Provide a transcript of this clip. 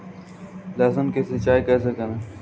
लहसुन की सिंचाई कैसे करें?